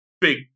big